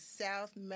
South